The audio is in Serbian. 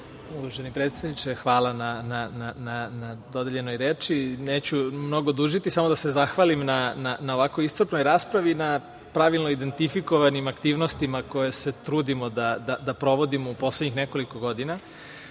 Uvaženi predsedniče hvala na dodeljenoj reči. Neću dugo dužiti, samo da se zahvalim na ovako iscrpnoj raspravi, na pravilno identifikovanim aktivnostima koje se trudimo da provodimo u poslednjih nekoliko godina.